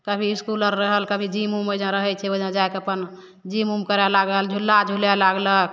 कभी इसकुल आओर रहल कभी जिम उम ओहिजाँ रहै छै ओहिजाँ जाके अपन जिम उम करै लागल झूला झुलै लागलक